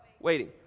Waiting